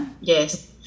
Yes